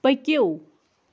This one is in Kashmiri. پٔکِو